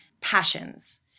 passions